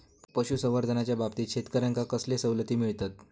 पशुसंवर्धनाच्याबाबतीत शेतकऱ्यांका कसले सवलती मिळतत?